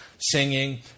Singing